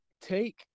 take